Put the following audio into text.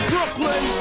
Brooklyn